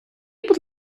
будь